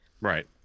Right